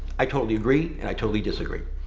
i totally agree. and i totally disagree.